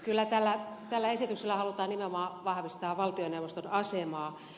kyllä tällä esityksellä halutaan nimenomaan vahvistaa valtioneuvoston asemaa